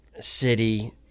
city